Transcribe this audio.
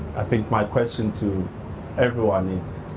i think my question to everyone is,